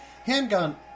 Handgun